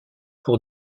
pour